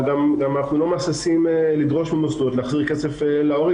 אנחנו לא מהססים לדרוש ממוסדות להחזיר כסף להורים